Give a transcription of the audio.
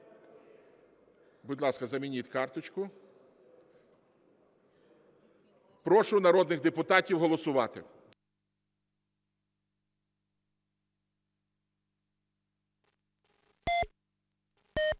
Будь ласка, замініть карточку. Прошу народних депутатів голосувати.